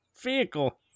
vehicle